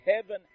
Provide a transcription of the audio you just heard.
heaven